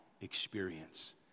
experience